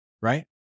right